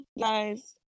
guys